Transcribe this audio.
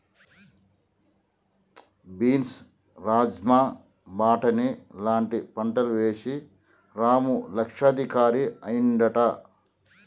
beans rajma బాటని లాంటి పంటలు వేశి రాము లక్షాధికారి అయ్యిండట